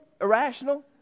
irrational